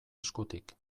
eskutik